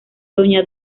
doña